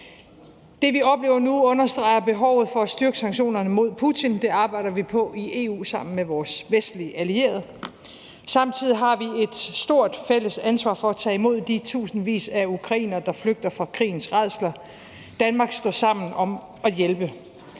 Det, vi oplever nu, understreger behovet for at styrke sanktionerne mod Putin. Det arbejder vi på i EU sammen med vores vestlige allierede. Samtidig har vi et stort fælles ansvar for at tage imod de tusindvis af ukrainere, der flygter fra krigens rædsler. Danmark står sammen om at hjælpe.